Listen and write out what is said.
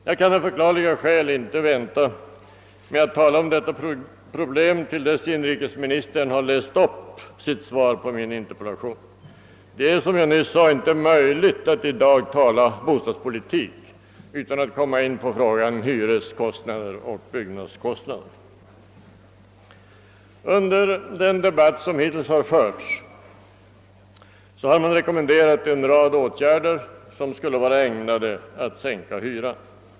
Jag kan av förklarliga skäl inte vänta med att tala om dessa problem till dess att inrikesministern läst upp sitt svar på min interpellation. Det är som jag nyss sade inte möjligt att i dag tala om bostadspolitik utan att komma in på frågorna om hyreskostnader och byggnadskostnader. Under den debatt som hittills har förts har man rekommenderat en rad åtgärder som skulle vara ägnade att sänka hyran.